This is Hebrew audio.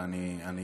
אבל אני אשתפר,